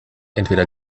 entweder